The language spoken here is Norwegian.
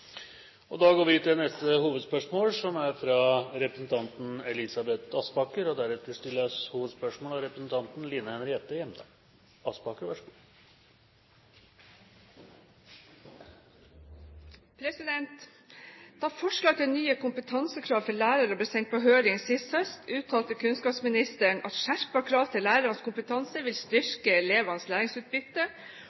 Vi går til neste hovedspørsmål. Da forslag til nye kompetansekrav for lærere ble sendt på høring sist høst, uttalte kunnskapsministeren: «Skjerpede krav til lærernes kompetanse vil